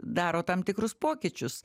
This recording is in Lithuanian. daro tam tikrus pokyčius